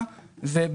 אסור בתכלית האיסור